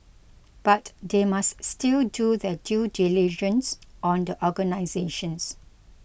but they must still do their due diligence on the organisations